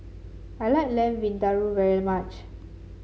I like Lamb Vindaloo very much